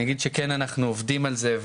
אני אגיד שכן אנחנו עובדים על זה,